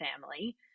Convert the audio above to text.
family